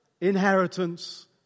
inheritance